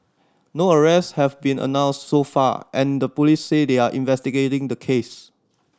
no arrests have been announced so far and the police said they are investigating the case